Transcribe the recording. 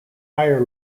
higher